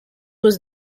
was